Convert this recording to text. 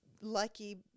lucky